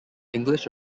english